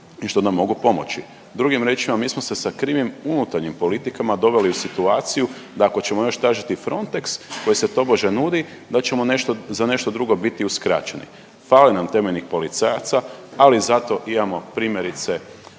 i što nam mogu pomoći. Drugim riječima mi smo se sa krivim unutarnjim politikama doveli u situaciju da ako ćemo još tražiti Frontex koji se tobože nudi da ćemo nešto, za nešto drugo biti uskraćeni. Fali nam temeljnih policajaca, ali zato imamo primjerice